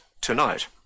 tonight